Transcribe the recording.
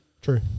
True